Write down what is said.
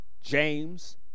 James